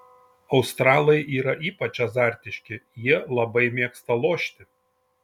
australai yra ypač azartiški jie labai mėgsta lošti